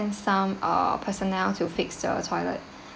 ~end some uh personnel to fix the toilet